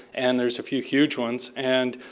and there's a few huge ones. and